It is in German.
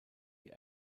die